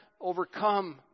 overcome